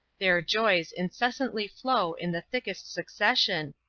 their joys incessantly flow in the thickest succession,